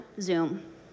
Zoom